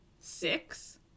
Six